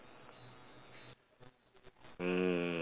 mm